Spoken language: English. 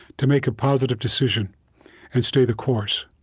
to make a positive decision and stay the course